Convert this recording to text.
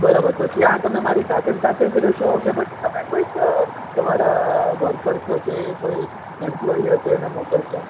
બરાબર તો ત્યાં તમે મારી સાથે ને સાથે જ રહેશો કે પછી તમે કોઈક તમારા વર્કર્સ હશે તે કોઈ એમ્પ્લોય હશે એને મોકલશો